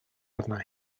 arna